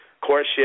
Courtship